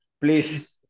please